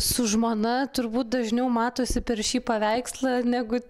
su žmona turbūt dažniau matosi per šį paveikslą negu